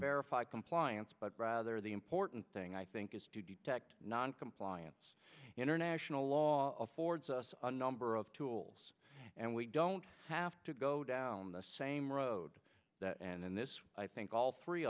verify compliance but rather the important thing i think is to detect noncompliance international law affords us a number of tools and we don't have to go down the same road and in this i think all three